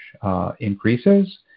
Increases